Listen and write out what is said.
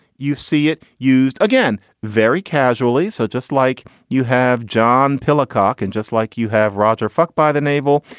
you see it used again very casually, so just like you have john a pidla cock and just like you have roger fucked by the navel.